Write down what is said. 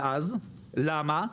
למה?